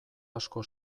asko